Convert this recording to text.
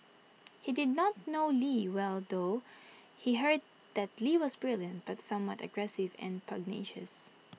he did not know lee well though he heard that lee was brilliant but somewhat aggressive and pugnacious